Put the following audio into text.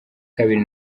kabiri